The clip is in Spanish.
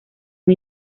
muy